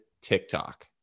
tiktok